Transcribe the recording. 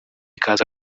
ikaza